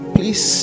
Please